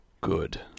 Good